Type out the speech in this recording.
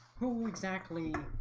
who exactly?